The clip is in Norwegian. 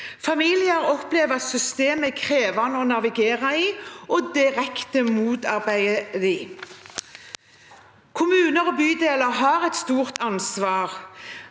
Familier opplever at systemet er krevende å navigere i, og at det direkte motarbeider dem. Kommuner og bydeler har et stort ansvar,